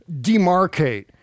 demarcate